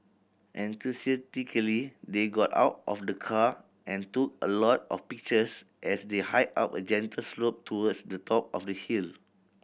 enthusiastically they got out of the car and took a lot of pictures as they hiked up a gentle slope towards the top of the hill